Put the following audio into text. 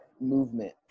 movement